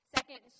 Second